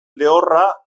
lehorra